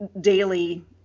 daily